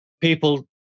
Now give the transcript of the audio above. people